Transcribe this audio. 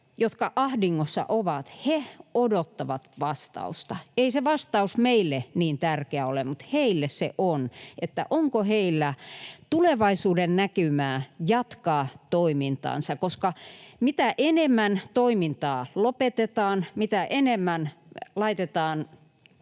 jotka ahdingossa ovat, odottavat vastausta. Ei se vastaus meille niin tärkeä ole, mutta heille se on — onko heillä tulevaisuudennäkymää jatkaa toimintaansa. Mitä enemmän toimintaa lopetetaan ja mitä enemmän laitetaan